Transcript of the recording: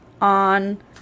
on